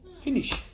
Finish